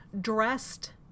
dressed